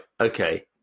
okay